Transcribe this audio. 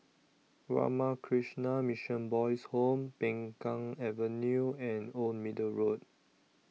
Ramakrishna Mission Boys' Home Peng Kang Avenue and Old Middle Road